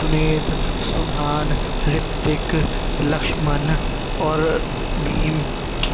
جنید سبحان رتک لکشمن اور بھیم